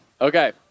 Okay